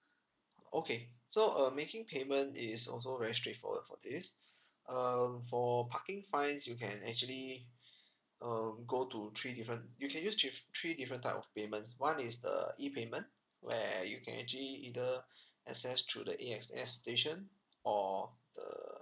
okay so uh making payment is also very straightforward for this um for parking fines you can actually um go to three different you can use three three different type of payments one is the E payment where you can actually either access through the A_X_S station or the